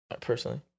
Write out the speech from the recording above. Personally